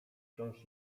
wciąż